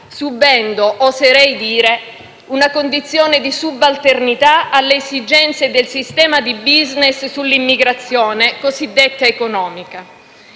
subendo - oserei dire - una condizione di subalternità alle esigenze del sistema di *business* sull'immigrazione cosiddetta economica.